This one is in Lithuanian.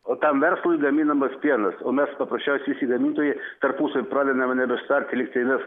o tam verslui gaminamas pienas o mes paprasčiausiai visi gamintojai tarpusavy pradedam nebesutarti lyg tai mes